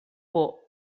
por